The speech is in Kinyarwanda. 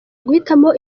guhitamo